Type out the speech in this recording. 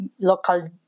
local